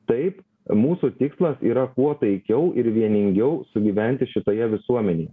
taip mūsų tikslas yra kuo taikiau ir vieningiau sugyventi šitoje visuomenėje